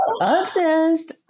Obsessed